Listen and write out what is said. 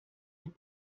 den